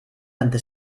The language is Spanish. ante